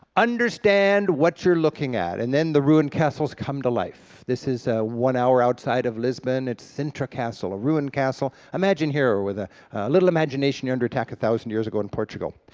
understand what you're looking at and then the ruined castles come to life. this is a one hour outside of lisbon, it's sintra castle, a ruined castle. imagine here with a little imagination, you're under attack a thousand years ago in portugal.